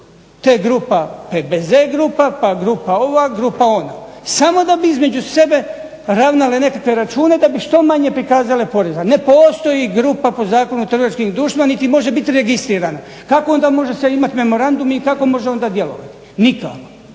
Te grupa PBZ grupa, pa grupa ova, grupa ona. Samo da bi između sebe ravnale nekakve račune da bi što manje prikazale poreza. Ne postoji grupa po Zakonu o trgovačkim društvima niti može biti registrirana. Kako onda može se imati memorandum i kako može onda djelovati? Nikako.